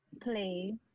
play